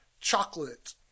chocolate